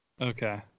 Okay